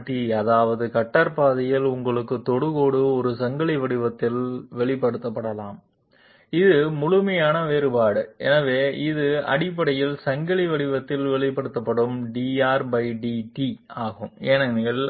Rt அதாவது cutter பாதையில் உள்ள தொடுகோடு ஒரு சங்கிலி வடிவத்தில் வெளிப்படுத்தப்படலாம் இது முழுமையான வேறுபாடு எனவே இது அடிப்படையில் சங்கிலி வடிவத்தில் வெளிப்படுத்தப்படும் drdt ஆகும் ஏனெனில்